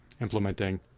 implementing